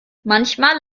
manchmal